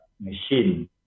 machine